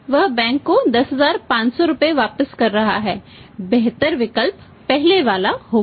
वह बैंक को 10500 रुपये वापस कर रहा है बेहतर विकल्प पहले वाला होगा